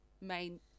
main